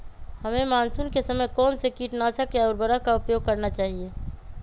हमें मानसून के समय कौन से किटनाशक या उर्वरक का उपयोग करना चाहिए?